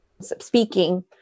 speaking